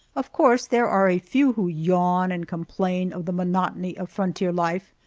of course there are a few who yawn and complain of the monotony of frontier life,